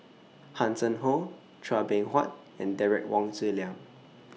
Hanson Ho Chua Beng Huat and Derek Wong Zi Liang